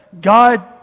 God